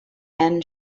and